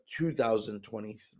2023